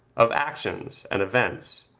of actions and events,